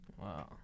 wow